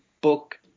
book